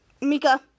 Mika